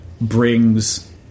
brings